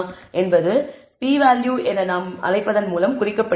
என்பது p value என நாம் அழைப்பதன் மூலம் குறிக்கப்படுகிறது